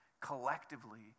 collectively